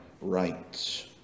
rights